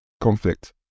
conflict